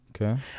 Okay